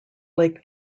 lake